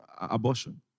abortion